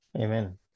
Amen